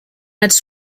its